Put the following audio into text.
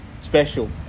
special